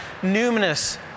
numinous